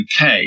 UK